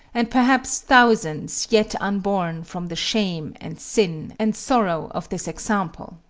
and perhaps thousands, yet unborn, from the shame, and sin, and sorrow of this example!